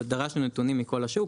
דרשנו נתונים מכל השוק,